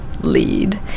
lead